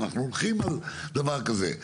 אנחנו הולכים על דבר כזה,